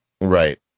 Right